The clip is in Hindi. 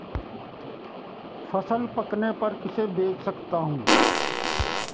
फसल पकने पर किसे बेच सकता हूँ?